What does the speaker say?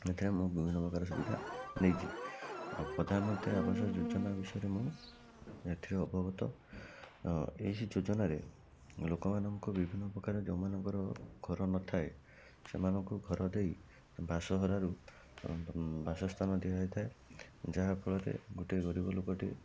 ଏଥିରେ ମୁଁ ବିଭିନ୍ନପ୍ରକାର ସୁବିଧା ନେଇଛି ଆଉ ପ୍ରଧାନମନ୍ତ୍ରୀ ଆବାସ ଯୋଜନା ବିଷୟରେ ମୁଁ ଏଥିରେ ଅବଗତ ଏହି ଯୋଜନାରେ ଲୋକମାନଙ୍କୁ ବିଭିନ୍ନ ପ୍ରକାର ଯେଉଁମାନଙ୍କର ଘର ନଥାଏ ସେମାନଙ୍କୁ ଘର ଦେଇ ବାସଘରରୁ ବାସସ୍ଥାନ ଦିଆଯାଇଥାଏ ଯାହା ଫଳରେ ଗୋଟେ ଗରିବ ଲୋକଟିଏ